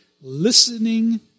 listening